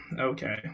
Okay